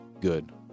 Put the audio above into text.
good